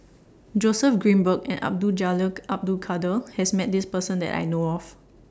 Joseph Grimberg and Abdul Jalil Abdul Kadir has Met This Person that I know of